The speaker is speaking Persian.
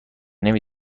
نمی